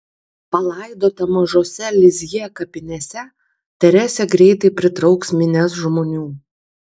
palaidota mažose lizjė kapinėse teresė greitai pritrauks minias žmonių